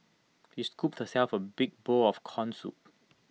she scooped herself A big bowl of Corn Soup